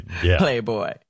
Playboy